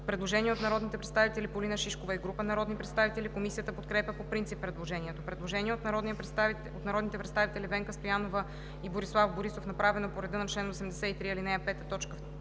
Предложение от народните представители Полина Шишкова и група народни представители. Комисията подкрепя по принцип предложението. Предложение от народните представители Венка Стоянова и Борислав Борисов, направено по реда на чл. 83, ал. 5,